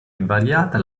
invariata